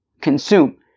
consume